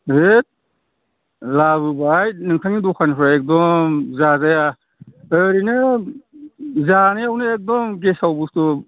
हैद लाबोबाय नोंथांनि दखाननिफ्राय एगदम जाजाया ओरैनो जानायावनो एकदम गेसाव बुस्थु